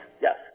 yes